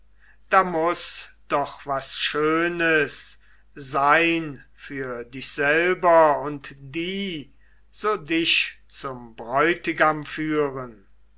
da muß doch was schönes sein für dich selber und die so dich zum bräutigam führen